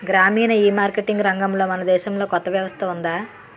గ్రామీణ ఈమార్కెటింగ్ రంగంలో మన దేశంలో కొత్త వ్యవస్థ ఉందా?